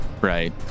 Right